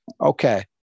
Okay